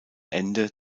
ende